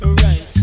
right